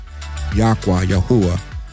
Yahuwah